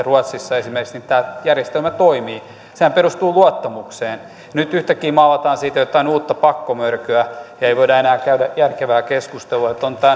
ruotsissa tämä järjestelmä toimii sehän perustuu luottamukseen nyt yhtäkkiä siitä maalataan jotain uutta pakkomörköä ja ei voida enää käydä järkevää keskustelua tämän